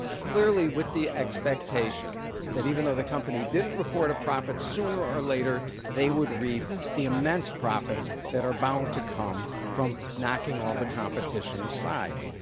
clearly with the expectation that even though the company didn't report a profit, sooner or later they would reap the immense profits that are bound to come from knocking all the competition aside.